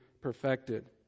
perfected